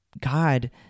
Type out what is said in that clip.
God